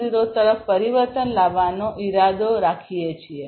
0 તરફ પરિવર્તન લાવવાનો ઇરાદો રાખીએ છીએ